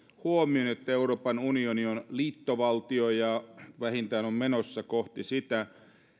huomion että euroopan unioni on liittovaltio tai vähintään on menossa kohti sitä